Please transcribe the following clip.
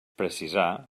precisar